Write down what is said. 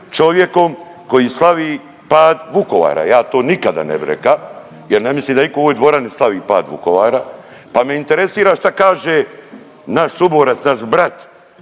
čovjekom koji slavi pad Vukovara. Ja to nikada ne bih reka, jer ne mislim da itko u ovoj dvorani slavi pad Vukovara, pa me interesira šta kaže naš suborac, naš brat